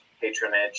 patronage